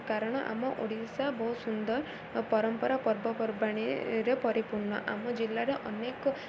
କାରଣ ଆମ ଓଡ଼ିଶା ବହୁତ ସୁନ୍ଦର ପରମ୍ପରା ପର୍ବପର୍ବାଣୀରେ ପରିପୂର୍ଣ୍ଣ ଆମ ଜିଲ୍ଲାରେ ଅନେକ